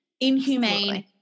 inhumane